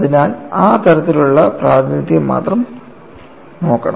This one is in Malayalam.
അതിനാൽ ആ തരത്തിലുള്ള പ്രാതിനിധ്യം മാത്രം നോക്കണം